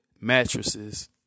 Mattresses